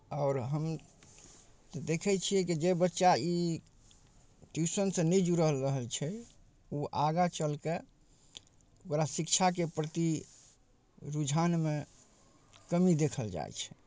आओर हम देखै छियै कि जे बच्चा ई ट्यूशनसँ नहि जुड़ल रहै छै ओ आगाँ चलके ओकरा शिक्षाके प्रति रुझानमे कमी देखल जाइ छै